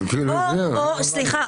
--- סליחה.